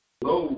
Hello